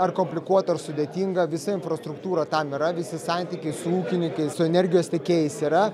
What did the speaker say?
ar komplikuota ar sudėtinga visa infrastruktūra tam yra visi santykiai su ūkininkais su energijos tiekėjais yra